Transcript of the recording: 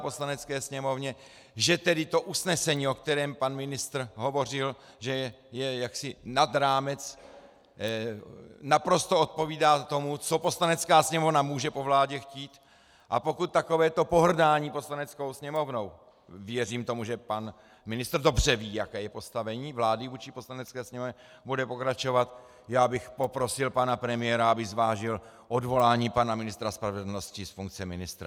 Poslanecké sněmovně, že tedy to usnesení, o kterém pan ministr hovořil, že je jaksi nad rámec, naprosto odpovídá tomu, co Poslanecká sněmovna může po vládě chtít, a pokud takovéto pohrdání Poslaneckou sněmovnou věřím tomu, že pan ministr dobře ví, jaké je postavení vlády vůči Poslanecké sněmovně bude pokračovat, já bych poprosil pana premiéra, aby zvážil odvolání pana ministra spravedlnosti z funkce ministra.